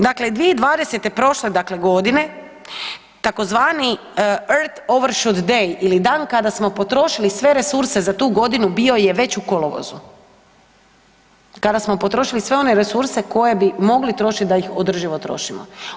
Dakle, 2020.-te prošle dakle godine tzv. Earth Overshoot Day ili dan kada smo potrošili sve resurse za tu godinu bio je već u kolovozu, kada smo potrošili sve one resurse koje bi mogli trošiti da ih održivo trošimo.